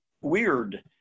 weird